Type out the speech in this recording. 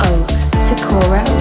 Sakura